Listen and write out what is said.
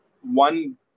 one